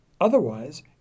otherwise